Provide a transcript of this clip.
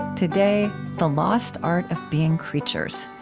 today the lost art of being creatures,